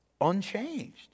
unchanged